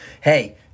hey